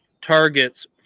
targets